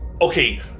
Okay